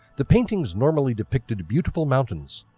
the paintings normally depicted beautiful mountains,